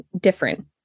different